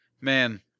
Man